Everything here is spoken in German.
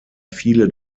viele